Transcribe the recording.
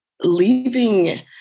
leaving